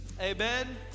Amen